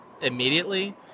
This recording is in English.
immediately